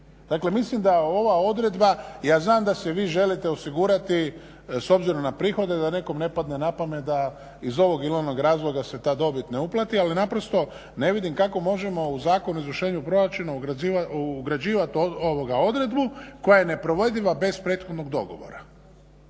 Dakle, mislim da ova odredba, ja znam da se vi želite osigurati s obzirom na prihode da nekom ne padne na pamet da iz ovog ili onog razloga se ta dobit ne uplati. Ali naprosto ne vidim kako možemo u Zakon o izvršenju proračuna ugrađivati odredbu koja je neprovediva bez prethodnog dogovora.